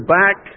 back